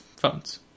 phones